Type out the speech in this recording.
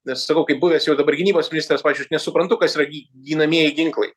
nes sakau kaip buvęs jau dabar gynybos ministras pavyzdžiui aš nesuprantu kas yra gy ginamieji